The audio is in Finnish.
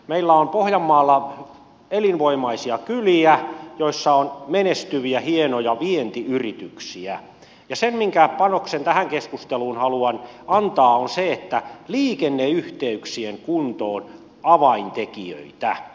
meillä on pohjanmaalla elinvoimaisia kyliä joissa on menestyviä hienoja vientiyrityksiä ja se minkä panoksen tähän keskusteluun haluan antaa on se että liikenneyhteyksien kunto on avaintekijöitä